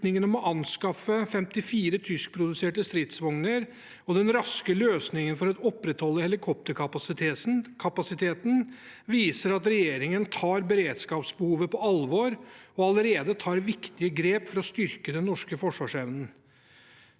om å anskaffe 54 tyskproduserte stridsvogner og den raske løsningen for å opprettholde helikopterkapasiteten viser at regjeringen tar beredskapsbehovet på alvor og allerede tar viktige grep for å styrke den norske forsvarsevnen.